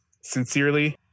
Sincerely